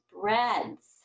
breads